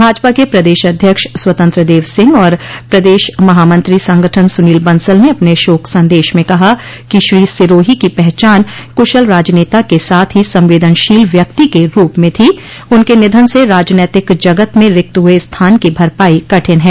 भाजपा के प्रदेश अध्यक्ष स्वतंत्र देव सिंह और प्रदेश महामंत्री संगठन सुनील बंसल ने अपने शोक संदेश में कहा कि श्री सिरोही की पहचान कुशल राजनेता के साथ ही संवेदनशील व्यक्ति के रूप में थी उनके निधन से राजनैतिक जगत में रिक्त हुए स्थान की भरपाई कठिन है